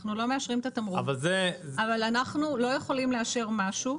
אנחנו לא יכולים לאשר משהו.